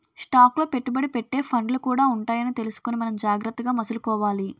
stock లో పెట్టుబడి పెట్టే ఫండ్లు కూడా ఉంటాయని తెలుసుకుని మనం జాగ్రత్తగా మసలుకోవాలి